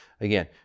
Again